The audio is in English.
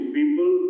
People